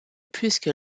puisque